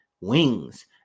wings